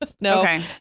No